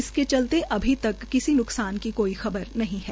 इसके चलते अभी तक किसी न्कसान की कोई खबर नहीं है